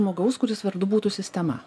žmogaus kuris vardu būtų sistema